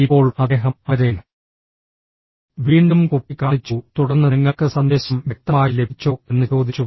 ഇപ്പോൾ അദ്ദേഹം അവരെ വീണ്ടും കുപ്പി കാണിച്ചു തുടർന്ന് നിങ്ങൾക്ക് സന്ദേശം വ്യക്തമായി ലഭിച്ചോ എന്ന് ചോദിച്ചു